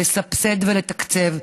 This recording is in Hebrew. לסבסד ולתקצב,